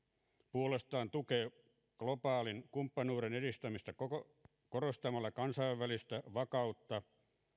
puolestaan tukee globaalin kumppanuuden edistämistä korostamalla kansainvälistä vakautta